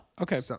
Okay